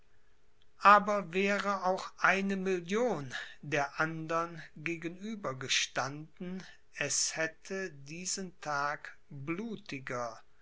aber wäre auch eine million der andern gegenüber gestanden es hätte diesen tag blutiger